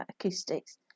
Acoustics